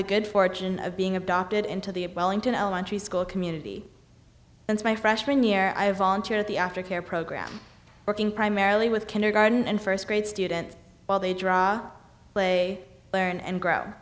the good fortune of being adopted into the wellington elementary school community since my freshman year i volunteer at the after care program working primarily with kindergarten and first grade students while they draw play learn and grow